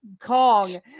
Kong